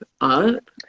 up